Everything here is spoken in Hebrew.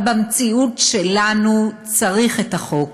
אבל במציאות שלנו צריך את החוק.